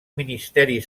ministeri